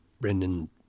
Brendan